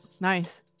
Nice